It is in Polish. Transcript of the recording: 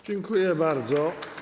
Dziękuję bardzo.